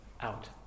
Out